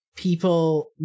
people